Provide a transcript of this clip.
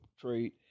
trade